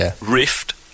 rift